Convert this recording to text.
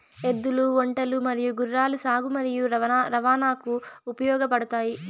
ఎద్దులు, ఒంటెలు మరియు గుర్రాలు సాగు మరియు రవాణాకు ఉపయోగపడుతాయి